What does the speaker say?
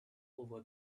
over